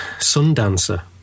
Sundancer